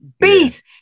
Beast